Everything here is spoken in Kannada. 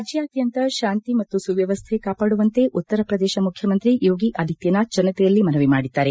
ರಾಜ್ಯಾದ್ಯಂತ ಶಾಂತಿ ಮತ್ತು ಸುವ್ಯವಸ್ಥೆ ಕಾಪಾಡುವಂತೆ ಉತ್ತರ ಪ್ರದೇಶ ಮುಖ್ಯಮಂತ್ರಿ ಯೋಗಿ ಆದಿತ್ಯನಾಥ್ ಜನತೆಯಲ್ಲಿ ಮನವಿ ಮಾಡಿದ್ದಾರೆ